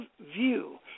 view